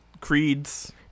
Creeds